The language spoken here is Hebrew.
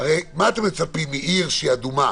אתם מצפים מעיר אדומה